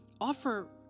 offer